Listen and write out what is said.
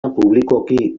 publikoki